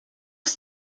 ist